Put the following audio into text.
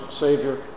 Savior